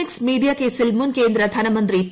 X media കേസിൽ മുൻ കേന്ദ്ര ധനമന്ത്രി പി